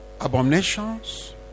abominations